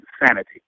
insanity